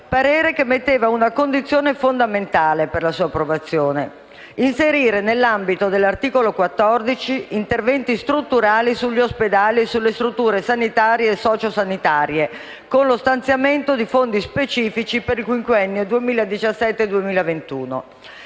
parere che metteva una condizione fondamentale per la sua approvazione, ovvero quella di inserire nell'ambito dell'articolo 14 interventi strutturali sugli ospedali e sulle strutture sanitarie e sociosanitarie con lo stanziamento di fondi specifici per il quinquennio 2017-2021.